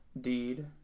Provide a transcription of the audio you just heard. Deed